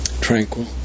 tranquil